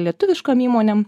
lietuviškom įmonėm